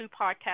podcast